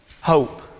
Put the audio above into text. Hope